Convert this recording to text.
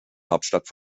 hauptstadt